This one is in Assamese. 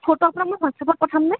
ফটো আপোনাক মই হোৱাটচ্এপত পঠাম নে